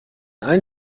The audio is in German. allen